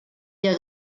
der